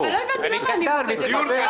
תמנו.